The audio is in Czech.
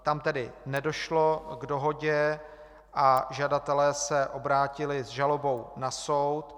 Tam tedy nedošlo k dohodě a žadatelé se obrátili s žalobou na soud.